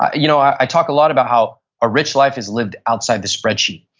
you know, i talk a lot about how a rich life is lived outside the spreadsheet.